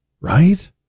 right